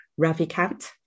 Ravikant